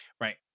Right